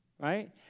Right